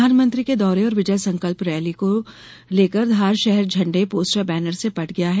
प्रधानमंत्री के दौरे और विजय संकल्प रैली को लेकर धार षहर झंडे पोस्टर बैनर से पट गया है